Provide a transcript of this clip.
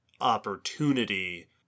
opportunity